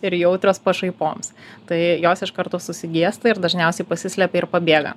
ir jautrios pašaipoms tai jos iš karto susigėsta ir dažniausiai pasislepia ir pabėga